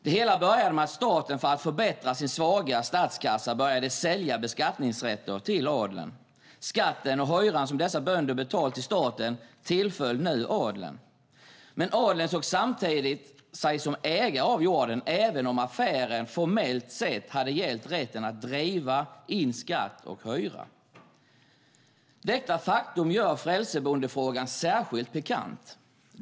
Det hela började med att staten för att förbättra sin svaga statskassa började sälja beskattningsrätter till adeln. Skatten och hyran som dessa bönder betalt till staten tillföll nu adeln. Men adeln såg sig samtidigt som ägare av jorden även om affären formellt sett hade gällt rätten att driva in skatt och hyra. Detta faktum gör frälsebondefrågan särskilt pikant.